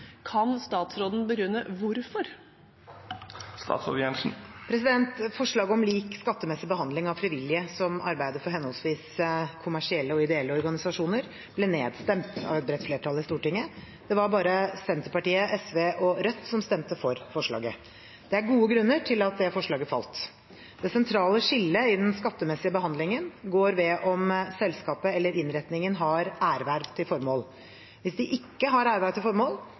Kan statsråden begrunne hvorfor?» Forslaget om lik skattemessig behandling av frivillige som arbeider for henholdsvis kommersielle og ideelle organisasjoner, ble nedstemt av et bredt flertall på Stortinget. Det var bare Senterpartiet, SV og Rødt som stemte for forslaget. Det er gode grunner til at dette forslaget falt. Det sentrale skillet i den skattemessige behandlingen går ved om selskapet eller innretningen har erverv til formål. Hvis de ikke har erverv til formål,